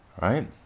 Right